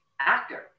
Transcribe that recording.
actor